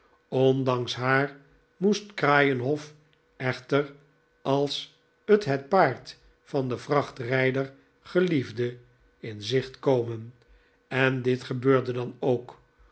ondanks haar moest kraaienhof echter als t het paard van den vrachtrijder geliefde in zicht komen en dit gebeurde dan ook